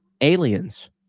aliens